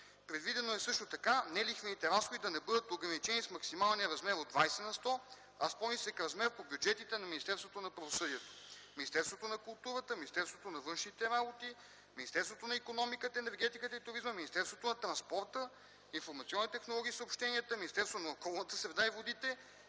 Предвидено е също така нелихвените разходи да не бъдат ограничени с максималния размер от 20 на сто, а с по-нисък размер по бюджетите на Министерството на правосъдието, Министерството на културата, Министерството на външните работи, Министерството на икономиката, енергетиката и туризма, Министерството на транспорта, информационните технологии и съобщенията, Министерството на околната среда и водите,